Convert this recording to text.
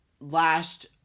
last